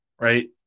right